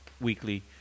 weekly